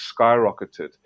skyrocketed